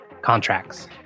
contracts